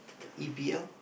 E_P_L